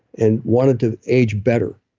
and wanted to age better.